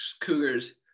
Cougars